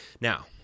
Now